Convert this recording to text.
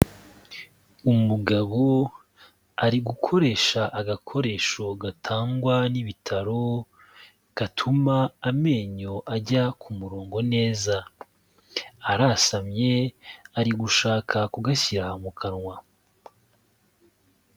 Umugabo ari gukoresha agakoresho gatangwa n'ibitaro, gatuma amenyo ajya ku murongo neza, arasamye ari gushaka kugashyira mu kanwa.